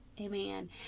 Amen